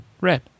Red